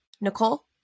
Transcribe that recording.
nicole